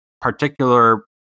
particular